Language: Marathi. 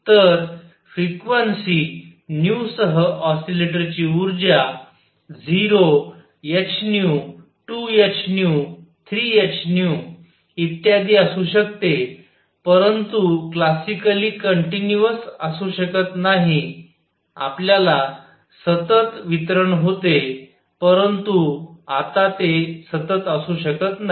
तर फ्रिक्वेन्सी न्यू सह ऑसिलेटरची उर्जा 0 h 2 h 3 h इत्यादी असू शकते परंतु क्लासिकली कंटिन्यूअस असू शकत नाही आपल्यात सतत वितरण होते परंतु आता ते सतत असू शकत नाही